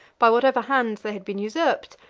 by whatever hands they had been usurped,